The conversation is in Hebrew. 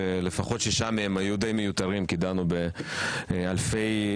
שלפחות שישה דיונים היו די מיותרים כי דנו ביותר מ-1,000